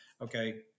okay